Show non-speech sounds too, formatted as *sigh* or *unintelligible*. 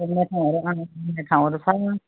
*unintelligible* ठाउँहरू छ